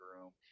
room